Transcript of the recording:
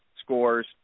scores